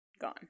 gone